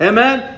Amen